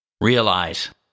Realize